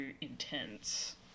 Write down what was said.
intense